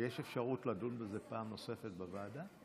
יש אפשרות לדון בזה פעם נוספת בוועדה?